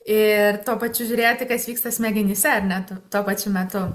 ir tuo pačiu žiūrėti kas vyksta smegenyse ar net tuo pačiu metu